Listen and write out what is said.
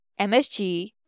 MSG